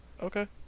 Okay